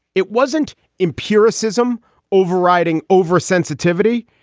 it wasn't empiricism overriding oversensitivity.